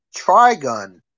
Trigun